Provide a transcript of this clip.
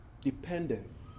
Dependence